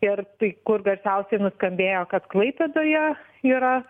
ir tai kur garsiausiai nuskambėjo kad klaipėdoje yra